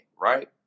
right